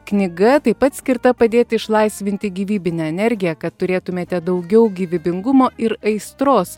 knyga taip pat skirta padėti išlaisvinti gyvybinę energiją kad turėtumėte daugiau gyvybingumo ir aistros